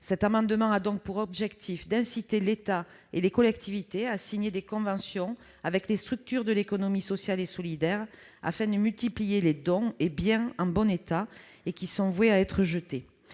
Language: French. Cet amendement a ainsi pour objet d'inciter l'État et les collectivités à signer des conventions avec des structures de l'économie sociale et solidaire, afin de multiplier les dons de biens qui sont en bon état et voués à être jetés.